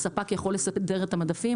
הספק יכול לסדר את המדפים.